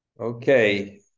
Okay